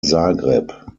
zagreb